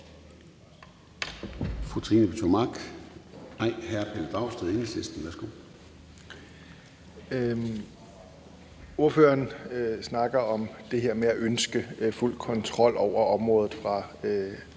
Ordføreren snakker om det her med at ønske fuld kontrol over området fra